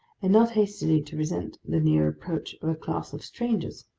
and not hastily to resent the near approach of a class of strangers,